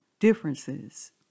differences